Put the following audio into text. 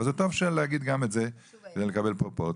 אבל זה טוב להגיד גם את זה כדי לקבל פרופורציות.